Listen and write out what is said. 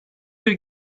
bir